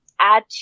add